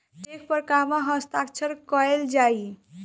Check पर कहवा हस्ताक्षर कैल जाइ?